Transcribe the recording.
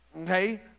okay